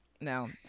No